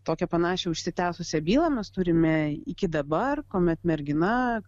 tokią panašią užsitęsusią bylą mes turime iki dabar kuomet mergina